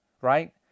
right